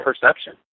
perception